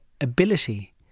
ability